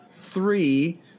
three